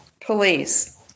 police